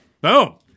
Boom